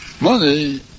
Money